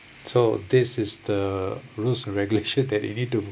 so this is the rules regulations that you need to